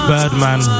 Birdman